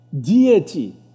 deity